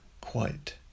Quite